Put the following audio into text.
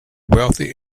wealthy